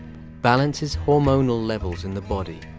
balances hormonal levels in the body,